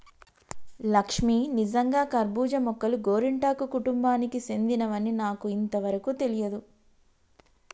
లక్ష్మీ నిజంగా కర్బూజా మొక్కలు గోరింటాకు కుటుంబానికి సెందినవని నాకు ఇంతవరకు తెలియదు